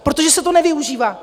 Protože se to nevyužívá.